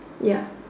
ya